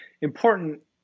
important